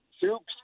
soups